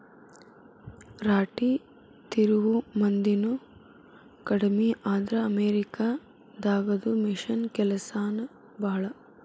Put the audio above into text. ರಾಟಿ ತಿರುವು ಮಂದಿನು ಕಡಮಿ ಆದ್ರ ಅಮೇರಿಕಾ ದಾಗದು ಮಿಷನ್ ಕೆಲಸಾನ ಭಾಳ